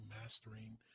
mastering